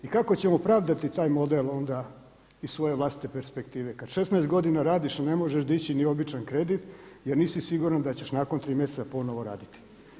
I kako ćemo pravdati taj model iz svoje vlastite perspektive kada 16 godina radiš a ne možeš dići niti običan kredit jer nisi siguran da ćeš nakon 3 mjeseca ponovo raditi?